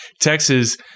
Texas